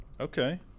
Okay